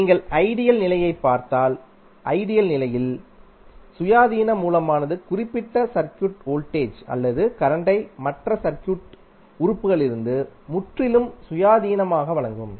நீங்கள் ஐடியல் நிலையைப் பார்த்தால் ஐடியல் நிலையில் ஐடியல் சுயாதீன மூலமானது குறிப்பிட்ட சர்க்யூட் வோல்டேஜ் அல்லது கரண்ட்டை மற்ற சர்க்யூட் உறுப்புகளிலிருந்து முற்றிலும் சுயாதீனமாக வழங்கும்